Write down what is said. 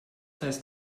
heißt